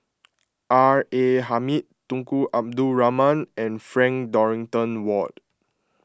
R A Hamid Tunku Abdul Rahman and Frank Dorrington Ward